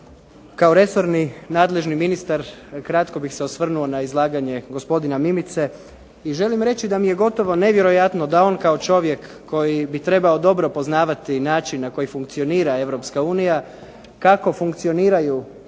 Kao resorni nadležni ministar kratko bih se osvrnuo na izlaganje gospodina Mimice i želim reći da mi je gotovo nevjerojatno da on kao čovjek koji bi trebao dobro poznavati način na koji funkcionira Europska unija, kako funkcioniraju